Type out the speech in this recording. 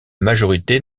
majorité